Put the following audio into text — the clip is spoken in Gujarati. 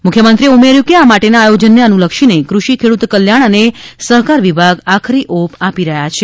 મુખ્યમંત્રીએ ઉમેર્યું કે આ માટેના આયોજનને અનુલક્ષીને કૃષિ ખેડૂત કલ્યાણ અને સહકાર વિભાગ આખરી ઓપ આપી રહ્યા છે